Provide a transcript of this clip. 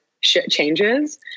changes